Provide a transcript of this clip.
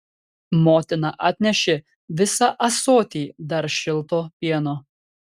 motina atnešė visą ąsotį dar šilto pieno